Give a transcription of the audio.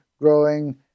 growing